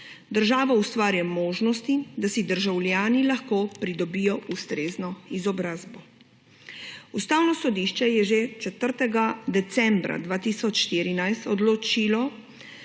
Država ustvarja možnosti, da si državljani lahko pridobijo ustrezno izobrazbo.« Ustavno sodišče je že 4. decembra 2014 odločilo,